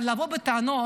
אבל לבוא בטענות